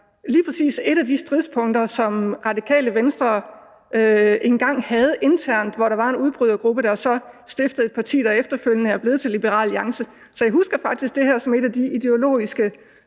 lige præcis et af de stridspunkter, som Radikale Venstre engang havde internt, hvor der var en udbrydergruppe, der så stiftede et parti, der efterfølgende er blevet til Liberal Alliance. Så jeg husker faktisk det her som et af de ideologiske